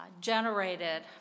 generated